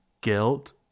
guilt